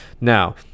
Now